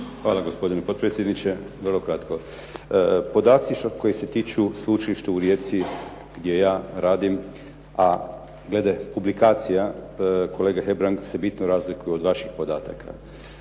Hvala gospodine potpredsjedniče. Vrlo kratko. Podaci koji se tiču Sveučilišta u Rijeci gdje ja radim a glede publikacija kolega Hebrang se bitno razlikuju od vaših podataka.